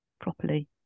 properly